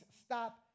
stop